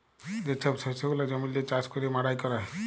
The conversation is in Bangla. যে ছব শস্য গুলা জমিল্লে চাষ ক্যইরে মাড়াই ক্যরে